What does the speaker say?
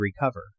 recover